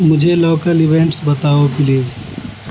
مجھے local events بتاؤ please